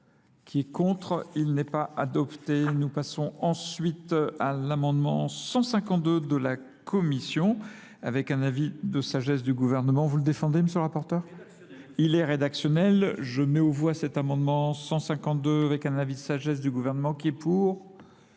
Qui est contre ? Il n'est pas adopté. Nous passons ensuite à l'amendement 152 de la Commission, avec un avis de sagesse du gouvernement. Vous le défendez, monsieur le rapporteur ? Il est rédactionnel. Je mets au voie cet amendement 152, avec un avis de sagesse du gouvernement, qui est pour ?